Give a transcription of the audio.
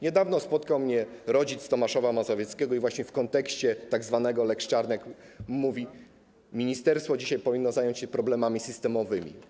Niedawno spotkał mnie rodzic z Tomasza Mazowieckiego i właśnie w kontekście tzw. lex Czarnek mówi: ministerstwo dzisiaj powinno zająć się problemami systemowymi.